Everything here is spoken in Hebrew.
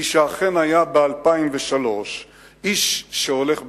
מי שאכן היה ב-2003 איש שהולך בגדולות.